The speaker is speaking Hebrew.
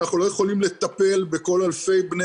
אנחנו לא יכולים לטפל בכל אלפי בני